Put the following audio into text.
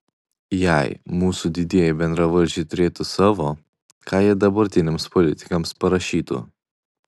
jei mūsų didieji bendravardžiai turėtų savo ką jie dabartiniams politikams parašytų